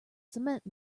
cement